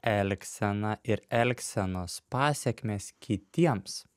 elgseną ir elgsenos pasekmės kitiems